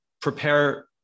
prepare